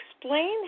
explain